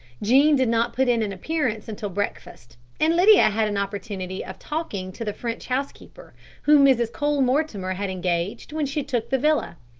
jean did not put in an appearance until breakfast, and lydia had an opportunity of talking to the french housekeeper whom mrs. cole-mortimer had engaged when she took the villa.